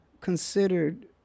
considered